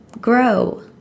grow